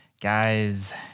guys